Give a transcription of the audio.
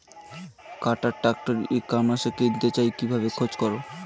কাটার tractor ই কমার্সে কিনতে চাই কিভাবে খোঁজ করো?